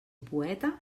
poeta